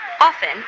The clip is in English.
Often